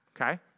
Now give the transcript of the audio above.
Okay